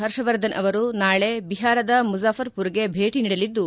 ಹರ್ಷವರ್ಧನ್ ಅವರು ನಾಳೆ ಬಿಹಾರದ ಮುಜಾಫರ್ ಪುರ್ಗೆ ಭೇಟಿ ನೀಡಲಿದ್ದು